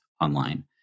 online